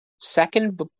second